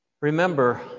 Remember